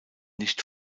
nicht